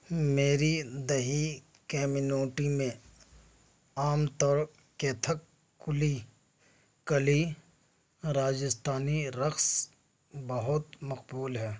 میری دیہی کیمینوٹی میں عام طور کتھک کلی کلی راجستھانی رقص بہت مقبول ہے